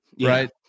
right